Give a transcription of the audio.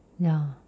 ya